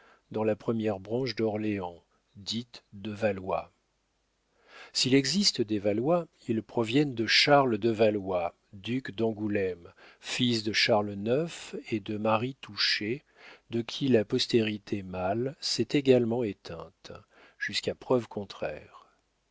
dans la première branche d'orléans dite de valois s'il existe des valois ils proviennent de charles de valois duc d'angoulême fils de charles ix et de marie touchet de qui la postérité mâle s'est également éteinte jusqu'à preuve contraire